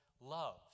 love